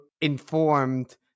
informed